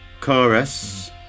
Chorus